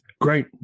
Great